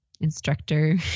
instructor